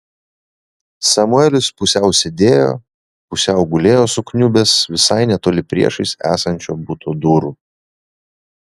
samuelis pusiau sėdėjo pusiau gulėjo sukniubęs visai netoli priešais esančio buto durų